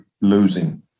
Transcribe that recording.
losing